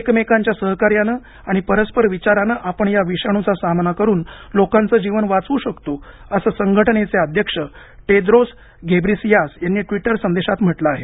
एकमेकांच्या सहकार्याने आणि परस्पर विचाराने आपण या विषाणूचा सामना करून लोकांचं जीवन वाचवू शकतो असं संघटनेचे अध्यक्ष टेद्रोस घेब्रेसियास यांनी ट्विटर संदेशात म्हंटल आहे